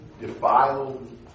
Defiled